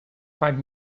find